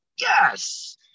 yes